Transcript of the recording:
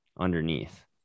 Underneath